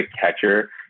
catcher